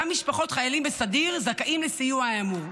גם משפחות חיילים בסדיר זכאיות לסיוע האמור.